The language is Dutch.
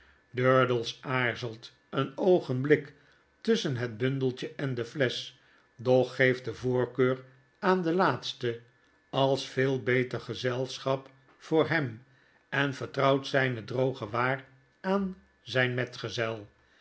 durdels aarzelt een oogenblik tusschen het bundeltje en de flesch doch geeftdevoorkeur aan de laatste als veel beter gezelschap voor hem en vertrouwt zyne droge waar aan zyn metgezel